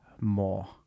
more